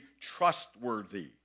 trustworthy